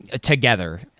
together